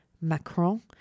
Macron